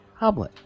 Hoblet